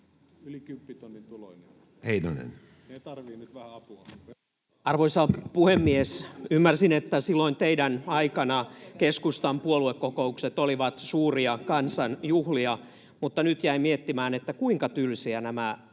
se suurituloisin prosentti? Edustaja Heinonen. Arvoisa puhemies! Ymmärsin, että silloin teidän aikananne keskustan puoluekokoukset olivat suuria kansanjuhlia, mutta nyt jäin miettimään, kuinka tylsiä nämä keskustan